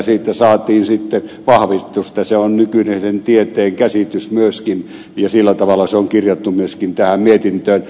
siitä saatiin sitten vahvistus että se on nykyisen tieteen käsitys myöskin ja sillä tavalla se on kirjattu myöskin tähän mietintöön